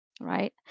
right